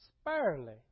sparingly